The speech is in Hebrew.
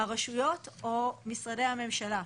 הרשויות או משרדי הממשלה.